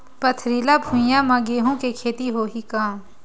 पथरिला भुइयां म गेहूं के खेती होही का?